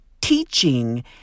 teaching